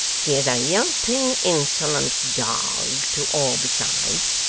he is a yelping, insolent dog to all besides,